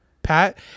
Pat